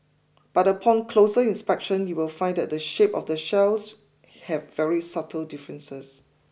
but upon closer inspection you will find that the shape of the shells have very subtle differences